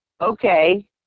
Okay